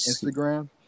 instagram